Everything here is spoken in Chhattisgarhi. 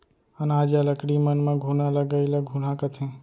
अनाज या लकड़ी मन म घुना लगई ल घुनहा कथें